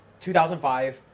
2005